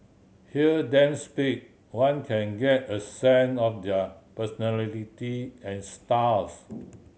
hear them speak one can get a sense of their personality and styles